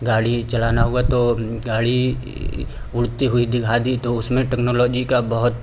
गाड़ी चलाना हुआ तो गाड़ी उड़ती हुई दिखा दी तो उसमें टेक्नोलॉजी का बहुत